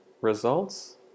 results